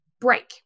break